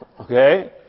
Okay